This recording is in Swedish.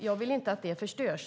Jag vill inte att det förstörs.